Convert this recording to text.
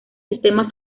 sistema